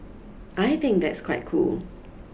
I think that's quite cool